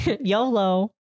YOLO